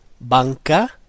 banca